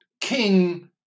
king